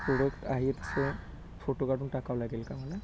product आहे तो photo काढून टाकावं लागेल का मला